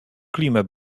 klimę